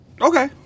Okay